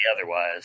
otherwise –